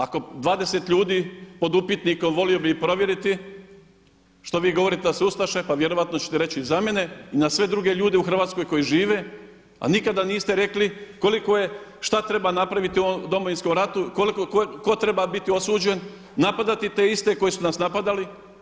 Ako je 20 ljudi pod upitnikom, volio bih ih provjeriti, što vi govorite da su ustaše pa vjerojatno ćete reći i za mene i na sve druge ljude u Hrvatskoj koji žive a nikada niste rekli koliko je, šta treba napraviti u ovom Domovinskom ratu, koliko tko treba biti osuđen, napadati te iste koji su nas napadali.